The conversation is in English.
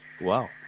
Wow